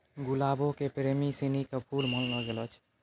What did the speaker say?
गुलाबो के प्रेमी सिनी के फुल मानलो गेलो छै